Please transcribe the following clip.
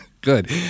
Good